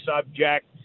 subject